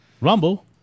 Rumble